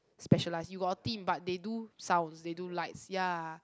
specialized you got a team but they do sounds they do lights ya